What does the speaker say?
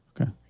Okay